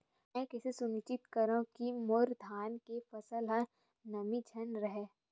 मैं कइसे सुनिश्चित करव कि मोर धान के फसल म नमी झन रहे?